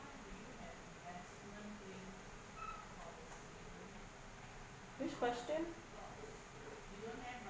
which question